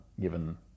given